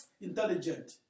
intelligent